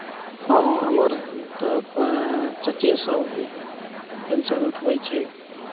हँ हमर तऽ चचे सब पेन्शन उठबै छै